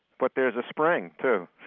but there's a spring too.